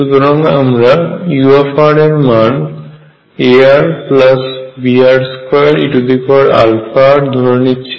সুতরাং আমরা u এর মান arbr2e αr ধরে নিচ্ছি